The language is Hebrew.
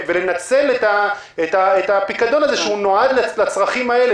לנצל את הפיקדון הזה, שנועד לצרכים האלה.